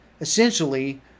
essentially